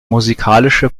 musikalische